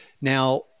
Now